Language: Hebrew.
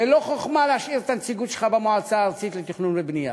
זה לא חוכמה להשאיר את הנציגות שלך במועצה הארצית לתכנון ובנייה.